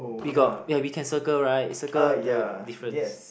we got yeah we can circle right circle the difference